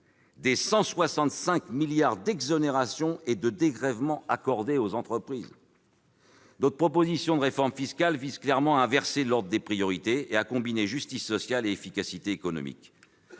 des 165 milliards d'euros d'exonérations et dégrèvements accordés aux entreprises. Notre proposition de réforme fiscale vise clairement à inverser l'ordre des priorités et à combiner justice sociale et efficacité économique.